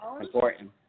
important